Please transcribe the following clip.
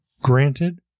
Granted